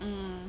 mm